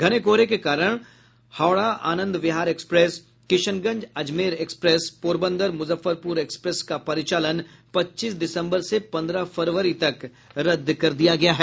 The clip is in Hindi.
घने कोहरे के कारण Howrah Anand Vihar express Kishanganj Ajmer express Porbandar Muzaffarpur express का परिचालन पच्चीस दिसम्बर से पन्द्रह फरवरी तक रद्द कर दिया गया है